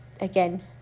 again